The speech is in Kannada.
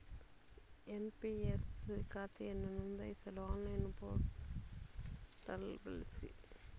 ಎನ್.ಪಿ.ಎಸ್ ಖಾತೆಯನ್ನು ನೋಂದಾಯಿಸಲು ಆನ್ಲೈನ್ ಪೋರ್ಟಲ್ ಬಳಸಿ